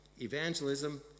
evangelism